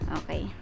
okay